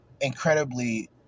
incredibly